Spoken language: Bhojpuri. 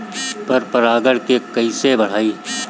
पर परा गण के कईसे बढ़ाई?